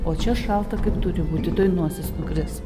o čia šalta kaip turi būti tuoj nosis nukris